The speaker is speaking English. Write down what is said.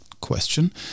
Question